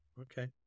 Okay